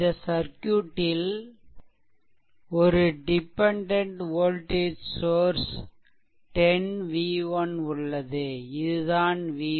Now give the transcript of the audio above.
இந்த சர்க்யூட்டில் ஒரு டிபெண்டென்ட் வோல்டேஜ் சோர்ஸ் 10 v1 உள்ளது இது தான் V1